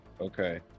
okay